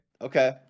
Okay